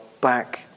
back